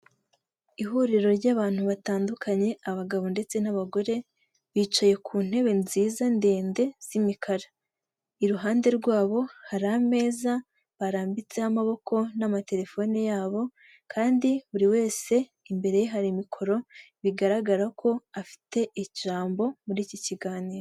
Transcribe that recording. Ihuriro ry'abantu batandukanye abagabo ndetse n'abagore, bicaye ku ntebe nziza ndende z'imikara, iruhande rwabo hari ameza barambitseho amaboko n'amatelefone yabo kandi buri wese imbere hari mikoro bigaragara ko afite ijambo muri iki kiganiro.